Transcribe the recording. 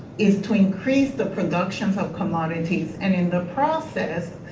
is to increase the productions of commodities and, in the process,